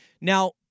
Now